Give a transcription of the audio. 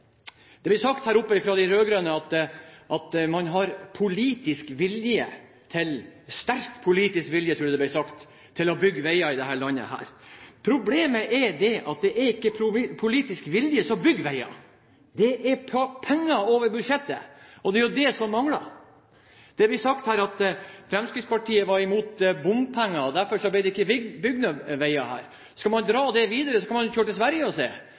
Det ble sagt her oppe fra de rød-grønne at man har politisk vilje – sterk politisk vilje, tror jeg det ble sagt – til å bygge veier i dette landet. Problemet er at det er ikke politisk vilje som bygger veier, det er penger over budsjettet. Og det er jo det som mangler. Det ble sagt her at Fremskrittspartiet var imot bompenger, og derfor ble det ikke bygd noen veier her. Skal man dra det videre, kan man kjøre til Sverige og se.